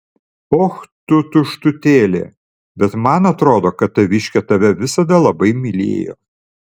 och tu tuštutėlė bet man atrodo kad taviškė tave visada labai mylėjo